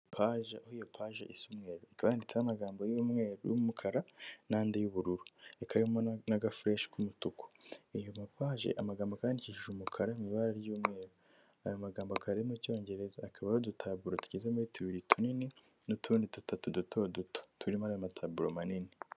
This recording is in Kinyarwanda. Haje aho paji yanditseho amagambo y'umweru n'umukara n'andi y'ubururu okaba irimo n' agafurwshi k'umutuku ,inyuma paji amagambo akaba yandikishije umukara mu ibara ry'umweru aya magambo akaba ari mu cyongereza ,akaba ari udutaburo tugeze muri tubiri tubiri tunini n'utundi dutatu duto duto turimo ayo mataburo manini.